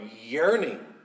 yearning